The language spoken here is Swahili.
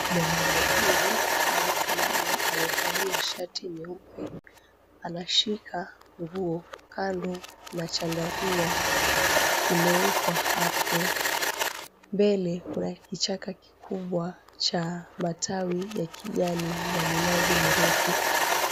Mwanaume huyu amesimama amevalia shati nyeupe anashika nguo kando na chandarua kimeekwa hapo. Mbele kuna kichaka kikubwa cha matawi ya kijani na minazi mirefu.